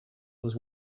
was